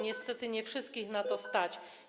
Niestety, nie wszystkich na to stać.